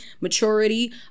maturity